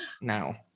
No